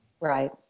right